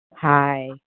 Hi